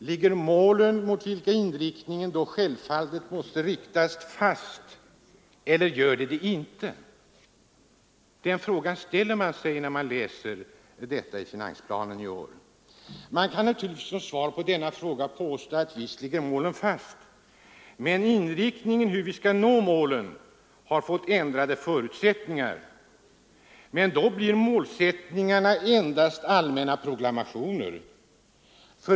Ligger målen för inriktningen fast eller gör de det inte? Man kan naturligtvis som svar på denna fråga påstå att visst ligger målen fast, men förutsättningarna för hur vi skall nå målen har blivit ändrade. Målsättningarna blir emellertid då endast allmänna proklamationer.